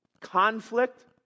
conflict